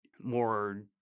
more